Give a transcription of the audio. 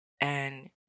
and-